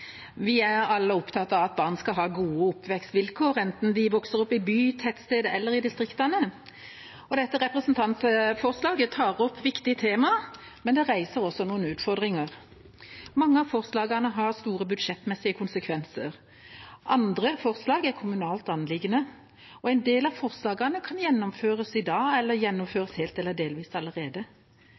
alle opptatt av at barn skal ha gode oppvekstvilkår, enten de vokser opp i byer, tettsteder eller i distriktene. Dette representantforslaget tar opp viktige tema, men det reiser også noen utfordringer. Mange av forslagene har store budsjettmessige konsekvenser. Andre forslag er et kommunalt anliggende, og en del av forslagene kan gjennomføres i dag eller gjennomføres helt eller delvis allerede.